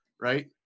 right